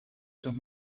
sus